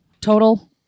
Total